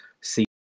see